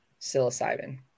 psilocybin